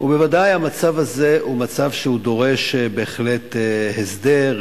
בוודאי המצב הזה הוא מצב שדורש בהחלט הסדר,